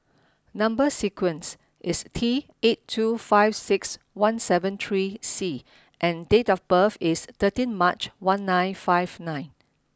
number sequence is T eight two five six one seven three C and date of birth is thirteen March one nine five nine